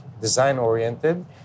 design-oriented